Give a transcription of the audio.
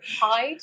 Hide